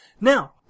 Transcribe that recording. Now